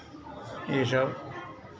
ये सब